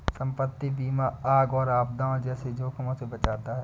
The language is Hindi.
संपत्ति बीमा आग और आपदाओं जैसे जोखिमों से बचाता है